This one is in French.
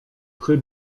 très